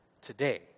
today